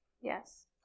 Yes